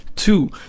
two